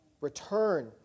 return